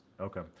Okay